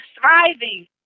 thriving